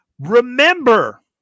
Remember